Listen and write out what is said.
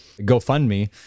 GoFundMe